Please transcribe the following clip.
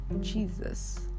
Jesus